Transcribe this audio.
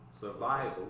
Survival